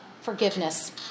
forgiveness